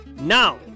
Now